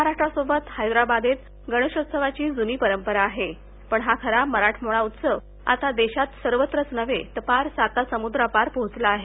महाराष्ट्रासोबत हैदराबादेत गणेशोत्सवाची जूनी परपरा आहे पण हा खरा मराठमोळा उत्सव आता देशात सर्वत्रच नव्हे तर पार सातासमुद्रापार पोहोचला आहे